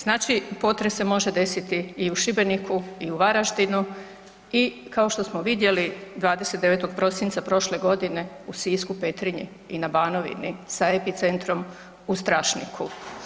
Znači potres se može desiti i u Šibeniku i u Varaždinu i kao što smo vidjeli, 29. prosinca prošle godine, u Sisku, Petrinji i na Banovini sa epicentrom u Strašniku.